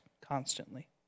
constantly